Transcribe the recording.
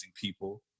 people